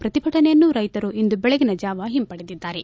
ಪ್ರತಿಭಟನೆಯನ್ನು ರೈತರು ಇಂದು ಬೆಳಗಿನ ಜಾವ ಹಿಂಪಡೆದಿದ್ದಾರೆ